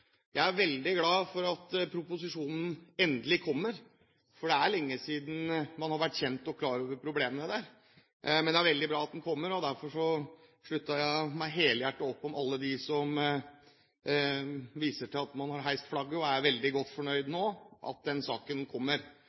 Jeg er veldig glad for at proposisjonen endelig kommer, for det er lenge siden man ble kjent med og klar over problemene der. Men det er veldig bra at den kommer, og derfor slutter jeg helhjertet opp om alle dem som viser til at man har heist flagget og nå er veldig godt fornøyd med at saken kommer.